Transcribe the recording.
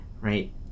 right